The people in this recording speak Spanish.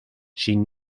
sin